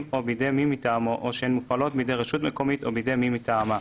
או בידי מי מטעמו או שהן מופעלות בידי רשות מקומית או בידי מי מטעמה,